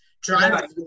drive